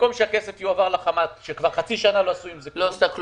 שבמקום שהכסף יעבור לחמ"ת שכבר חצי שנה לא עשתה כלום,